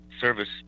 service